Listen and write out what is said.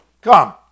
Come